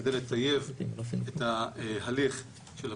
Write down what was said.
כדי לטייב את ההליך של הפיקוח,